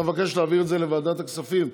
אתה מבקש להעביר את זה לוועדת הכספים.